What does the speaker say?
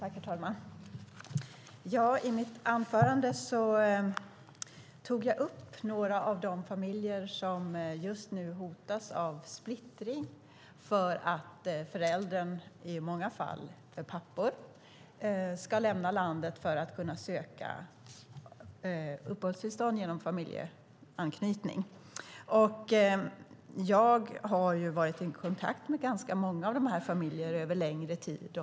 Herr talman! I mitt anförande tog jag upp några av de familjer som just nu hotas av splittring för att en förälder, i många fall en pappa, ska lämna landet för att kunna söka uppehållstillstånd genom familjeanknytning. Jag har varit i kontakt med många av dessa familjer över en längre tid.